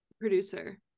producer